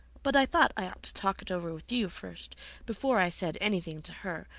but i thought i ought to talk it over with you first before i said anything to her.